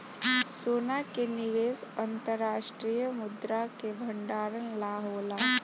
सोना के निवेश अंतर्राष्ट्रीय मुद्रा के भंडारण ला होला